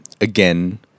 again